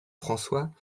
françois